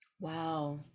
Wow